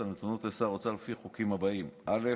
הנתונות לשר האוצר לפי החוקים הבאים: א.